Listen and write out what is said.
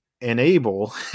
enable